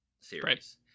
series